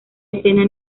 escena